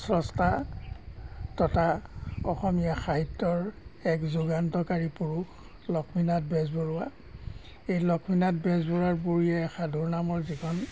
স্ৰষ্টা তথা অসমীয়া সাহিত্যৰ এক যুগান্তকাৰী পুৰুষ লক্ষ্মীনাথ বেজবৰুৱা এই লক্ষ্মীনাথ বেজবৰুৱাৰ বুঢ়ী আইৰ সাধুৰ নামৰ যিখন